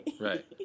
Right